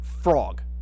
frog